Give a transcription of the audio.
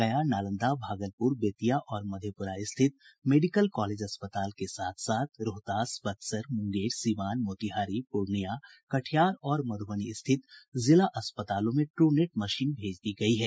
गया नालंदा भागलपुर बेतिया और मधेपुरा स्थित मेडिकल कॉलेज अस्पताल के साथ साथ रोहतास बक्सर मुंगेर सीवान मोतिहारी पूर्णिया कटिहार और मधुबनी स्थित जिला अस्तपलों में ट्रू नेट मशीन भेज दी गयी है